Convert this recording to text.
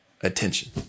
attention